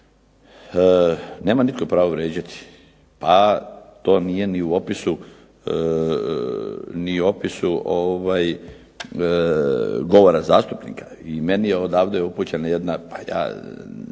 Nema nitko pravo vrijeđati, a to nije ni u opisu govora zastupnika. I meni je odavde upućena jedna